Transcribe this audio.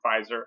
Pfizer